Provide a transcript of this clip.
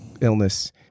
illness